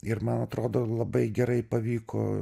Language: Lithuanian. ir man atrodo labai gerai pavyko